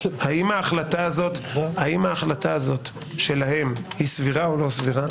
האם ההחלטה הזו שלהם היא סבירה או לא סבירה?